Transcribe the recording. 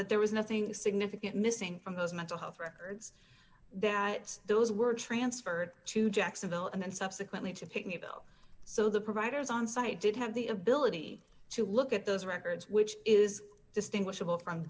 that there was nothing significant missing from his mental health records that those were transferred to jacksonville and subsequently to pick me though so the providers on site did have the ability to look at those records which is distinguishable from